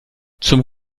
zum